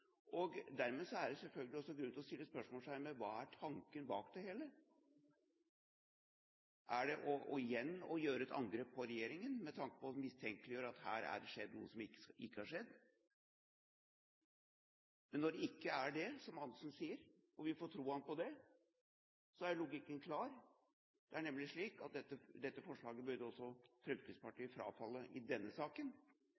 presisert. Dermed er det selvfølgelig også grunn til å stille spørsmålet: Hva er tanken bak det hele? Er det igjen å gjøre et angrep på regjeringen med tanke på å mistenkeliggjøre at her er det skjedd noe som ikke burde skjedd? Men når det ikke er det, som Anundsen sier – og vi får tro han på det – så er logikken klar: Det er nemlig slik at dette forslaget burde